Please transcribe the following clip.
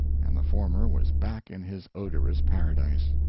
and the former was back in his odorous paradise.